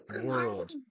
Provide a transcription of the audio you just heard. world